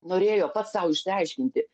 norėjo pats sau išsiaiškinti